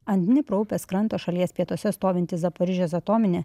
ant dnipro upės kranto šalies pietuose stovinti zaporižės atominė